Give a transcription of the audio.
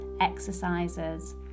exercises